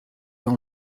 dans